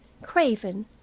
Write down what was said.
craven